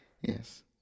Yes